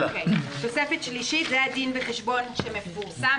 תוספת שלישית (סעיף 6ב(ד)) זה הדין וחשבון שמפורסם.